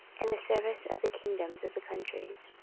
and the service of the kingdoms of the countries.